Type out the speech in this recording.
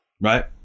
right